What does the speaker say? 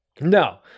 No